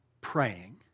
praying